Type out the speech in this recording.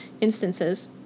instances